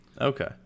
Okay